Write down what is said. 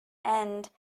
end